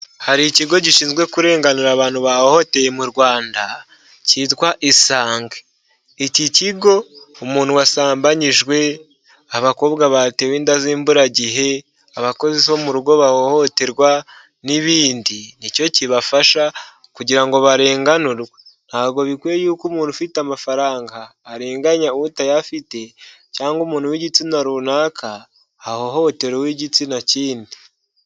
Hari ikigo gishinzwe kurenganura abantu bahohoteye mu Rwanda cyitwa isange iki kigo umuntu wasambanyijwe, abakobwa bahatewe inda z'imburagihe ,abakozi bo mu rugo bahohoterwa, n'ibindi nicyo kibafasha kugira ngo barenganurwe ntabwo bikwiye yuko umuntu ufite amafaranga arenganya utayafite cyangwa umuntu w'igitsina runaka hahohotera uwigitsina kindi.